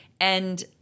And-